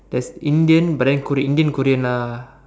that's Indian but then korean Indian Korean lah